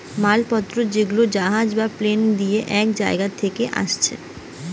মাল পত্র যেগুলা জাহাজ বা প্লেন দিয়ে এক জায়গা নু আসতিছে